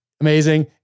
Amazing